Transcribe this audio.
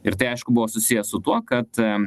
ir tai aišku buvo susiję su tuo kad